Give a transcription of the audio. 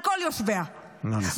על כל יושביה -- נא לסיים.